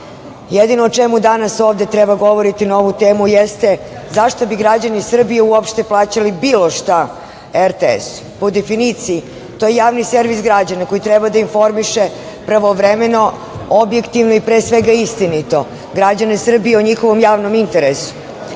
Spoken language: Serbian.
Jedino o čemu danas treba govoriti na ovu temu jeste, zašto bi građani Srbije uopšte plaćali bilo šta RTS-u? Po definiciji to je Javni servis građana koji treba da informiše pravovremeno, objektivno i pre svega istinito građane Srbije o njihovom javnom interesu,